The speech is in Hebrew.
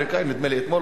נדמה לי אתמול או שלשום,